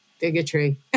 bigotry